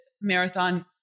marathon